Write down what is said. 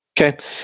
Okay